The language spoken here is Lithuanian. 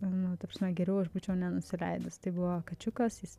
nu ta prasme geriau aš būčiau nenusileidus tai buvo kačiukas jis